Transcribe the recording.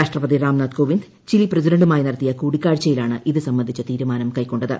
രാഷ്ട്രപതി രാംനാഥ് കോവിന്ദ് ചിലി പ്രസിഡന്റുമായി നടത്തിയ കൂടിക്കാഴ്ചയിലാണ് ഇത് സംബന്ധിച്ച തീരുമാനം കൈക്കൊണ്ടത്